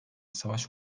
savaş